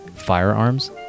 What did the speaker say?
Firearms